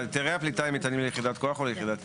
היתרי הפליטה ניתנים ליחידת כוח או ליחידת ייצור?